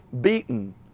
beaten